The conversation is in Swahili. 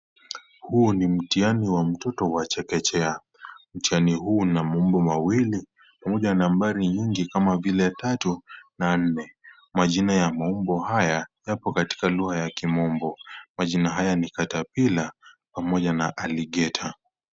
Huu ni mtihani wa mtoto wa chekechea mtihani huu una maumbo mawili pamoja na nambari nyingi kama vile 3na4 majina ya maumbo haya yako katika lugha ya kimombo. Majina haya ni catapiller pamoja na aligeter .